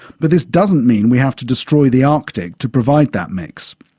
but this doesn't mean we have to destroy the arctic to provide that mix.